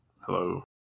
hello